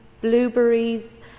blueberries